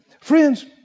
Friends